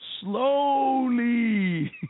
slowly